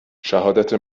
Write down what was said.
شهادت